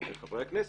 חברי הכנסת,